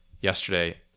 yesterday